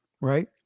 right